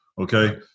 Okay